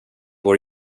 vår